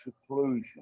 seclusion